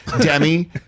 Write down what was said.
Demi